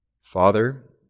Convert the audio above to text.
Father